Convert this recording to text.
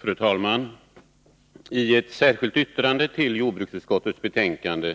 Fru talman! I ett särskilt yttrande till det jordbruksutskottets betänkande